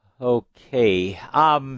Okay